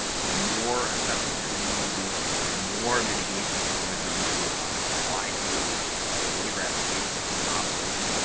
the more assessment you're going to need to do, the more mitigation you're going to to need to apply to your, let's say, waiver application or operation,